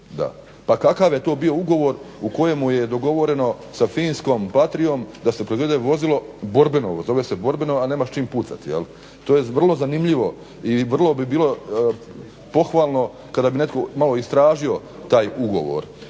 Pa kakav je to bio ugovor u kojemu je dogovoreno sa finskom Patriom da se proizvede vozilo, borbeno, zove se borbeno, a nema s čim pucati. To je vrlo zanimljivo i vrlo bi bilo pohvalno kada bi netko malo istražio taj ugovor.